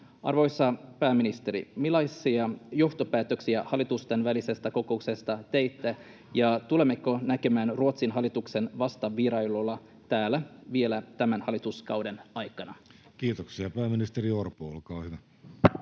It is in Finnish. Arvoisa pääministeri, millaisia johtopäätöksiä hallitusten välisestä kokouksesta teitte? Tulemmeko näkemään Ruotsin hallituksen vastavierailulla täällä vielä tämän hallituskauden aikana? [Speech 96] Speaker: Jussi Halla-aho